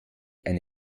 eine